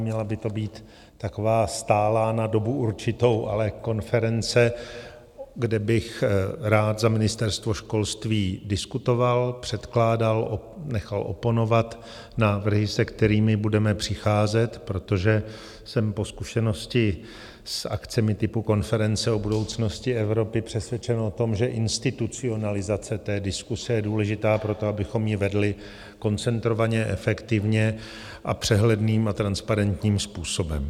Měla by to být taková stálá, na dobu určitou, ale konference, kde bych rád za Ministerstvo školství diskutoval, předkládal, nechal oponovat návrhy, se kterými budeme přicházet, protože jsem po zkušenosti s akcemi typu Konference o budoucnosti Evropy přesvědčen o tom, že institucionalizace té diskuse je důležitá proto, abychom ji vedli koncentrovaně, efektivně a přehledným a transparentním způsobem.